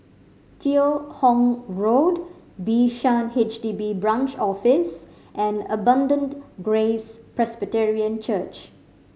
Teo Hong Road Bishan H D B Branch Office and Abundant Grace Presbyterian Church